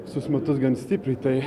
visus metus gan stipriai tai